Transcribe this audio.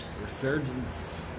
Resurgence